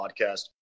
podcast